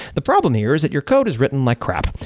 the problem here is that your code is written like crap.